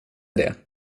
det